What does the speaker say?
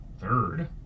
Third